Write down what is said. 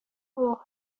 اوه